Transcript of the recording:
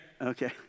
Okay